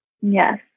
yes